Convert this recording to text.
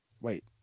Wait